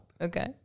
Okay